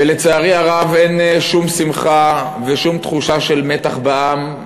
ולצערי הרב אין שום שמחה ושום תחושה של מתח בעם.